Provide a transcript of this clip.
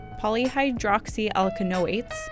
polyhydroxyalkanoates